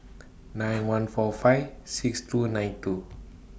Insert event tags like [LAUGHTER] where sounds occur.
nine [NOISE] one four five six two nine two